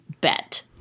bet